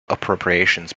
appropriations